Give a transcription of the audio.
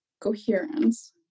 coherence